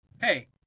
hey